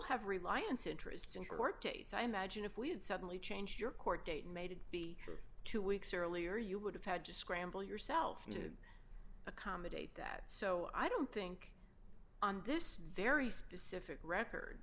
have reliance interests and court date so i imagine if we had suddenly changed your court date and made it be true two weeks earlier you would have had to scramble yourself to accommodate that so i don't think on this very specific record